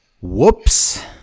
Whoops